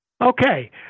Okay